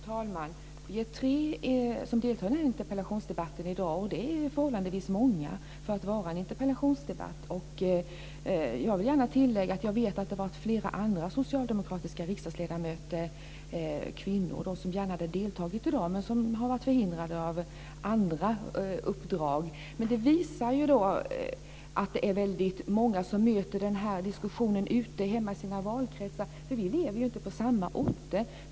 Fru talman! Vi är tre som deltar i den här interpellationsdebatten i dag och det är förhållandevis många för att vara en interpellationsdebatt. Jag vill gärna tillägga att jag vet att flera andra socialdemokratiska kvinnliga riksdagsledamöter gärna hade deltagit i dag, men de har varit förhindrade av andra uppdrag. Det visar att det är väldigt många som möter den här diskussionen hemma i sina valkretsar. Vi lever ju inte på samma orter.